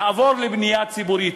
נעבור לבנייה ציבורית,